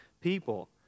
people